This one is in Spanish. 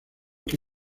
que